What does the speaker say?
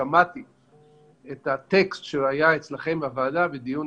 כששמעתי את הטקסט שהיה אצלכם בוועדה בדיון,